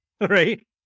right